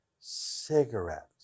cigarette